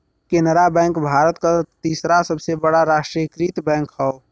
Canara bank भारत क तीसरा सबसे बड़ा राष्ट्रीयकृत बैंक हौ